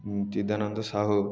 Chidananda Sahu